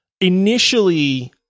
initially